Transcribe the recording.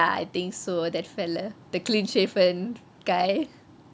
ah I think so that fellow the clean shaven guy